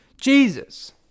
Jesus